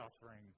suffering